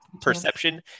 perception